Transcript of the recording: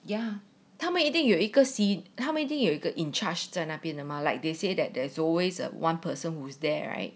要他们一定有一个兮他妹的有一个 in charge 在那边的 mah like they say that there's always a one person who's there right